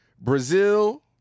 Brazil